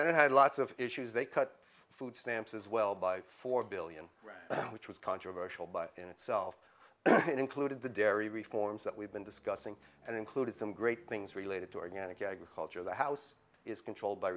senate had lots of issues they cut food stamps as well by four billion which was controversial but in itself included the dairy reforms that we've been discussing and included some great things related to organic agriculture the house is controlled by